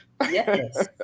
Yes